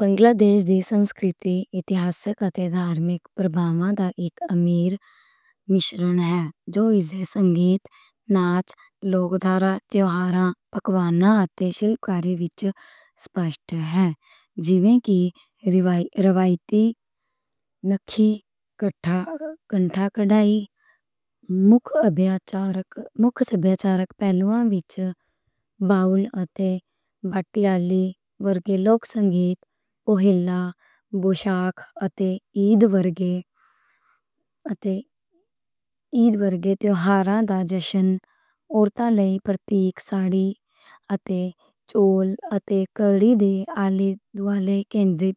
بنگلا دیش دی سنسکرتی، تاریخی تے دھارمِک پربھاؤں دا اک امیر مِشرن ہے۔ جو ایہنوں موسیقی، ناچ، لوک سنگیت، تہواراں، پکواناں اتے ہنر وچ واضح کردا ہے۔ جیویں کہ روایتی، نکشی، کنٹھا کڑھائی، مکھ پہلوؤں وچ، باول اتے بھاٹیالی ورگے لوک سنگیت، پوہیلا، بوئیشاکھ اتے عید ورگے تہواراں دا جشن۔ عورتاں لئی روایتی سندر ساڑی تے چولی، اتے کڑی دے اعلیٰ والے مرکزی